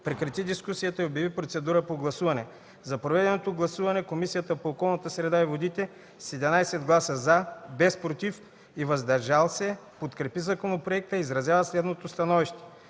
прекрати дискусията и обяви процедура по гласуване. След проведеното гласуване, Комисията по околната среда и водите с 11 гласа „за”, без ”против” и ”въздържал се” подкрепи законопроекта и изразява следното становище: